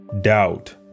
doubt